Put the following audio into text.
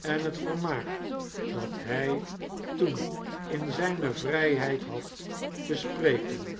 en het vermaak dat hij toen in zijne vrijheid had te spreken